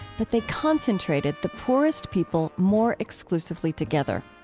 but they concentrated the poorest people more exclusively together.